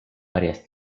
varias